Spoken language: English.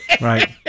Right